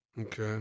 Okay